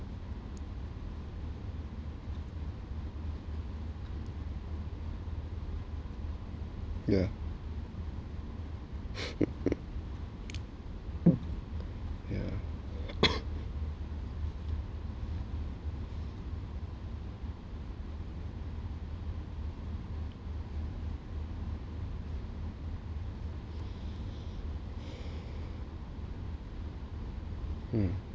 yeah yeah mm